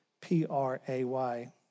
P-R-A-Y